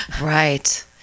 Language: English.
Right